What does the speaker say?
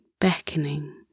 beckoning